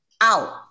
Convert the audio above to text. out